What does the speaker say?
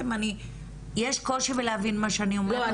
יש קושי בלהבין מה אני אומרת?